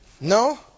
No